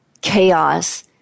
chaos